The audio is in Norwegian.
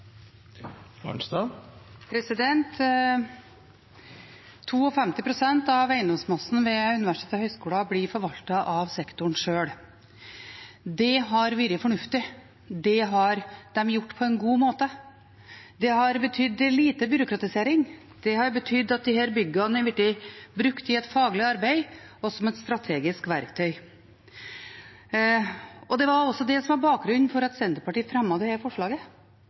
har vært fornuftig, det har de gjort på en god måte. Det har betydd lite byråkratisering, det har betydd at disse byggene har blitt brukt i et faglig arbeid og som et strategisk verktøy. Det var også bakgrunnen for at Senterpartiet fremmet dette forslaget: Hvorfor skal en endre noe som fungerer godt? Hvorfor skal en ta fra universiteter og høyskoler den strategiske muligheten det